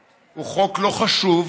הוא חוק לא חשוב,